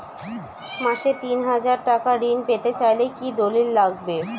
মাসে তিন হাজার টাকা ঋণ পেতে চাইলে কি দলিল লাগবে?